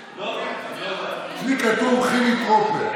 אצלי כתוב חילי טרופר.